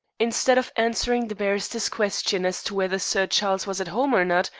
instead of answering the barrister's question as to whether sir charles was at home or not,